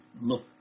look